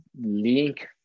link